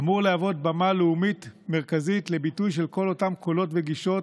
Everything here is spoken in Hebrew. אמור להוות במה לאומית מרכזית לביטוי של כל אותם קולות וגישות